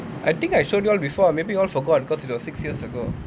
I think I showed you all before maybe you all forgot because it was six years ago